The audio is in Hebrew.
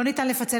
לא ניתן לפצל.